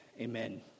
amen